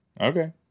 Okay